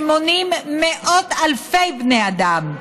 שמונים מאות אלפי בני אדם?